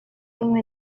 rumwe